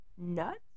nuts